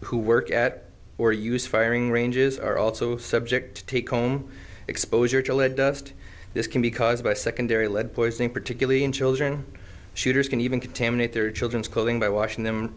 who work at or use firing ranges are also subject to take home exposure to lead dust this can be caused by secondary lead poisoning particularly in children shooters can even contaminate their children's clothing by washing them